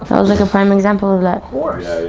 that was like a prime example of that course